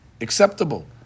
acceptable